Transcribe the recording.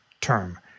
term